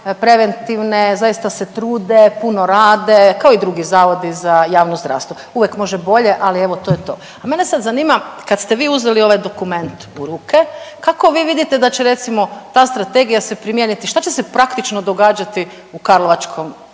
preventivne, zaista se trude, puno rade, kao i drugi zavodi za javno zdravstvo, uvijek može bolje ali evo to je to. Mene sad zanima kad ste vi uzeli ovaj dokument u ruke kako vi vidite da će recimo ta strategija se primijeniti, šta će se praktično događati u karlovačkom,